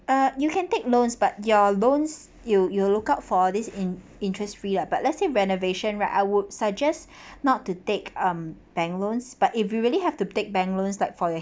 uh you can take loans but your loans you you will look out for this in~ interest free lah but let's say renovation right I would suggest not to take um bank loans but if you really have to take bank loan like for your